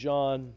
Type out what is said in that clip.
John